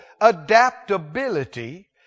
Adaptability